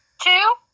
Two